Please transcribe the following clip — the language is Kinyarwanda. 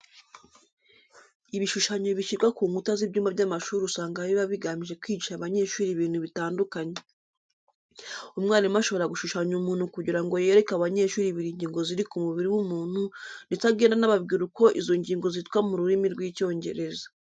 Ibishushanyo bishyirwa ku nkuta z'ibyumba by'amashuri usanga biba bigamije kwigisha abanyeshuri ibintu bitandukanye. Umwarimu ashobora gushushanya umuntu kugira ngo yereke abanyeshuri buri ngingo ziri ku mubiri w'umuntu ndetse agende anababwira uko izo ngingo zitwa mu rurimi rw'Icyongereza.